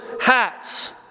hats